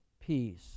peace